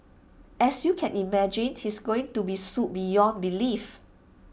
as you can imagine he's going to be sued beyond belief